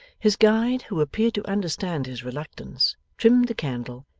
his guide, who appeared to understand his reluctance, trimmed the candle,